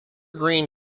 green